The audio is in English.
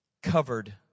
Covered